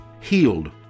healed